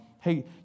Hey